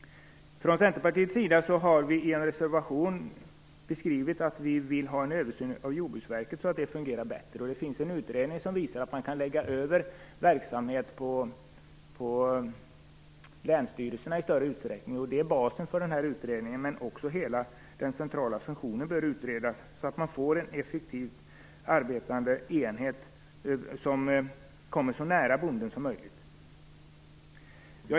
Från Centerpartiets sida har vi i en reservation beskrivit att vi vill ha en översyn av Jordbruksverket så att det fungerar bättre. Det finns en utredning som visar att man kan lägga över verksamhet på länsstyrelserna i större utsträckning. Det är basen för den här utredningen, men också hela den centrala funktionen bör utredas så att man får en effektivt arbetande enhet som kommer så nära bonden som möjligt.